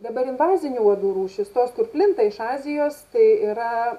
dabar invazinių uodų rūšys tos kur plinta iš azijos tai yra